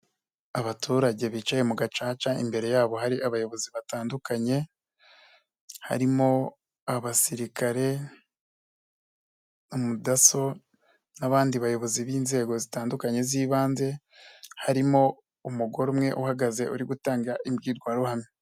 Abaturage bicaye mu gacaca imbere yabo hari abayobozi batandukanye, harimo abasirikare, umudaso n'abandi bayobozi b'inzego zitandukanye z'ibanze, harimo umugore umwe uhagaze uri gutanga imbwirwaruhame.